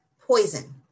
poison